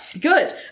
Good